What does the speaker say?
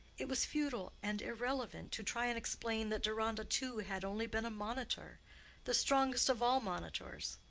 it was futile and irrelevant to try and explain that deronda too had only been a monitor the strongest of all monitors.